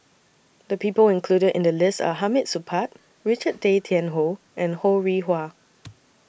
The People included in The list Are Hamid Supaat Richard Tay Tian Hoe and Ho Rih Hwa